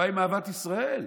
מה עם אהבת ישראל?